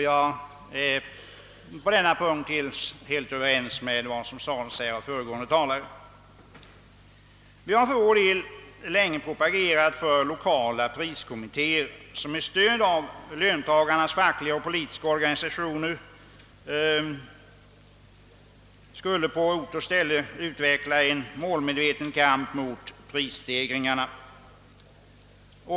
Jag är på denna punkt helt överens med föregående talare. Vi har för vår del länge propagerat för lokala priskommittéer, som med stöd av löntagarnas politiska och fackliga organisationer skulle på ort och ställe utveckla en målmedveten kamp mot prisstegringarna.